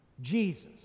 Jesus